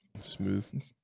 smooth